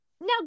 now